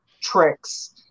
tricks